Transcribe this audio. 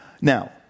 now